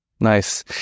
Nice